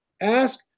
Ask